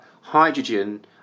hydrogen